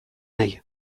nahi